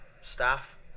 staff